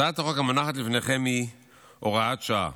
הצעת החוק המונחת לפניכם היא הוראת שעה